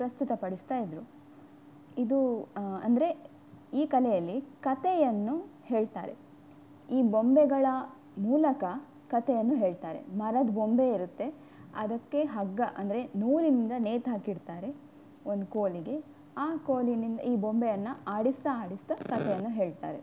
ಪ್ರಸ್ತುತ ಪಡಿಸ್ತಾ ಇದ್ದರು ಇದು ಅಂದರೆ ಈ ಕಲೆಯಲ್ಲಿ ಕತೆಯನ್ನು ಹೇಳ್ತಾರೆ ಈ ಬೊಂಬೆಗಳ ಮೂಲಕ ಕತೆಯನ್ನು ಹೇಳ್ತಾರೆ ಮರದ ಬೊಂಬೆ ಇರುತ್ತೆ ಅದಕ್ಕೆ ಹಗ್ಗ ಅಂದರೆ ನೂಲಿನಿಂದ ನೇತು ಹಾಕಿಡ್ತಾರೆ ಒಂದು ಕೋಲಿಗೆ ಆ ಕೋಲಿನಿಂದ ಈ ಬೊಂಬೆಯನ್ನು ಆಡಿಸ್ತಾ ಆಡಿಸ್ತಾ ಕತೆಯನ್ನು ಹೇಳ್ತಾರೆ